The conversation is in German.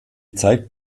zeigt